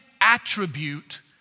attribute